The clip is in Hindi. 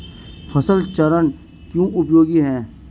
फसल चरण क्यों उपयोगी है?